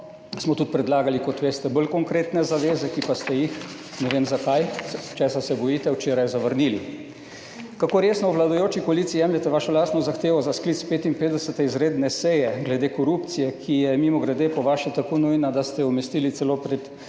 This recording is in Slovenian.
smo tudi predlagali kot veste bolj konkretne zaveze, ki pa ste jih, ne vem zakaj, česa se bojite, včeraj zavrnili. Kako resno v vladajoči koaliciji jemljete vašo lastno zahtevo za sklic 55. izredne seje glede korupcije, ki je mimogrede po vaše tako nujna, da ste jo umestili celo pred